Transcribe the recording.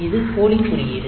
இது போலிங் குறியீடு